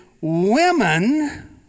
women